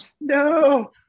No